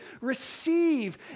receive